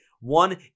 one